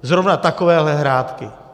Zrovna takovéhle hrátky!